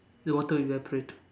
the water will evaporate